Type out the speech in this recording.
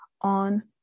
on